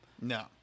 no